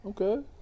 Okay